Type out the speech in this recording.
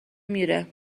میره